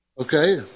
Okay